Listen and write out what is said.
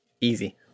Easy